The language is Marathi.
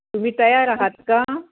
तुम्ही तयार आहात का